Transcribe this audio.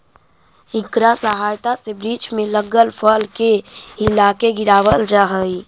इकरा सहायता से वृक्ष में लगल फल के हिलाके गिरावाल जा हई